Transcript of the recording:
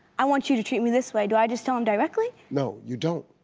i want you to treat me this way, do i just tell him directly? no, you don't.